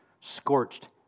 scorched